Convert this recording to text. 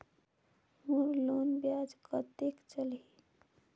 मोर loan ब्याज कतेक चलही?